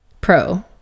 pro